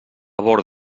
bord